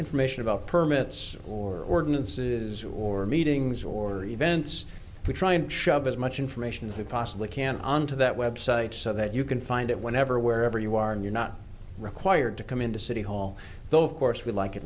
information about permits or ordinances or meetings or events we try and shove as much information as we possibly can on to that website so that you can find it whenever wherever you are and you're not required to come into city hall though of course we like it